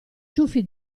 ciuffi